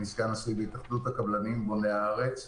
אני סגן נשיא התאחדות הקבלנים בוני הארץ.